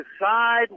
decide